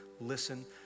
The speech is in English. listen